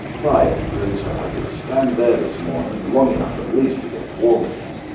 by pluto! i could stand there this morning, long enough at least to get warm again!